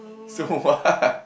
so what